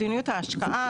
מדיניות ההשקעה,